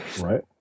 Right